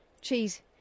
Cheese